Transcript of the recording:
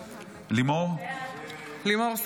לימור וחבר הכנסת שלום דנינו.